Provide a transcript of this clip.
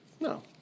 No